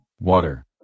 water